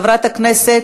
בעד, 26 חברי כנסת,